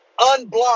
unblock